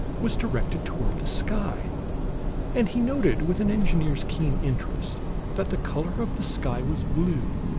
was directed toward the sky and he noted with an engineer's keen interest that the color of the sky was blue,